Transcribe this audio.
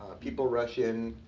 ah people rush in,